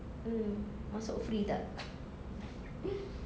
mm masuk free tak